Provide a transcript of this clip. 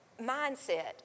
mindset